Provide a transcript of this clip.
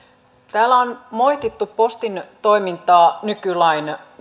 täällä on moitittu postin toimintaa nykylain